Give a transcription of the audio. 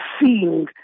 seeing